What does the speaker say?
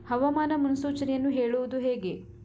ಹವಾಮಾನ ಮುನ್ಸೂಚನೆಯನ್ನು ಹೇಳುವುದು ಹೇಗೆ?